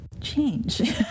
change